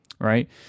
right